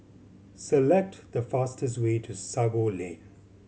select the fastest way to Sago Lane